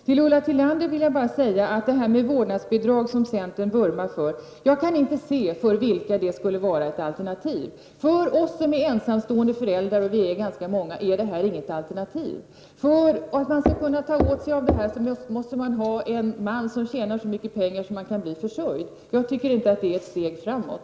Till Ulla Tillander vill jag angående det vårdnadsbidrag som centern vurmar för säga: Jag kan inte se för vilka det skulle vara ett alternativ. För oss som är ensamstående föräldrar — vi är ganska många — är det inget alternativ. För att man skall kunna ta åt sig detta måste man ha en man som tjänar så mycket pengar att man kan bli försörjd. Jag tycker inte att det är ett steg framåt.